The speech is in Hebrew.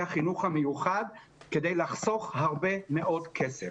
החינוך המיוחד כדי לחסוך הרבה מאוד כסף.